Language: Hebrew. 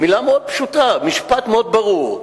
מלה מאוד פשוטה, משפט מאוד ברור: